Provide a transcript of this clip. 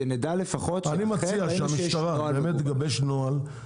שנדע לפחות --- אני מציע שהמשטרה תגבש נוהל,